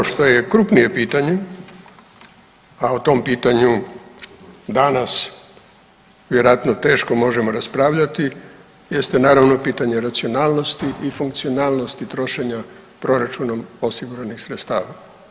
Ono što je krupnije pitanje, a o tom pitanju danas vjerojatno teško možemo raspravljati jeste naravno pitanje racionalnosti i funkcionalnosti trošenja proračunom osiguranih sredstava.